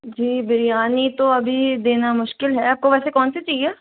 जी बिरयानी तो अभी देना मुश्किल है आपको वैसे कौन सी कौन सी चाहिए